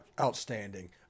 Outstanding